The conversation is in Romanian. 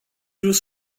vrut